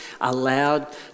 allowed